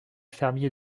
fermier